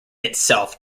itself